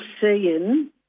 seeing